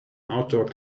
outdoor